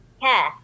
care